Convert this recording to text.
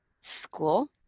school